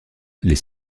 les